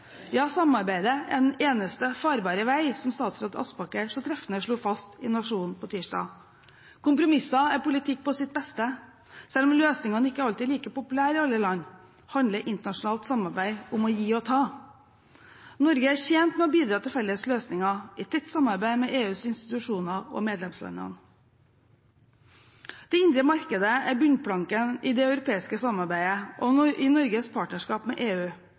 Ja, samarbeid er den «eneste farbare vei», som statsråd Aspaker så treffende slo fast i Nationen tirsdag. Kompromisser er politikk på sitt beste. Selv om løsningene ikke alltid er like populære i alle land, handler internasjonalt samarbeid om å gi og ta. Norge er tjent med å bidra til felles løsninger, i tett samarbeid med EUs institusjoner og medlemslandene. Det indre markedet er bunnplanken i det europeiske samarbeidet og i Norges partnerskap med EU,